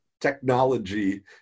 technology